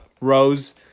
rose